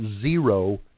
zero